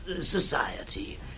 Society